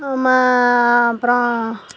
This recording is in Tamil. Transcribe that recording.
மா அப்புறம்